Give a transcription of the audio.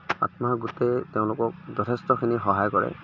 আত্মসহায়ক গোটে তেওঁলোকক যথেষ্টখিনি সহায় কৰে